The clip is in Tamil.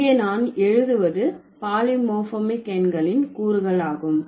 இங்கே நான் எழுதுவது பாலிமோர்பிமிக் எண்களின் கூறுகளாகும்